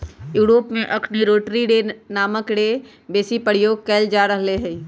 Europe में अखनि rotary रे नामके हे रेक बेशी प्रयोग कएल जा रहल हइ